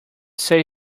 say